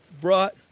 brought